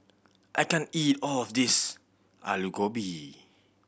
I can't eat all of this Aloo Gobi